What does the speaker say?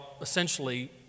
essentially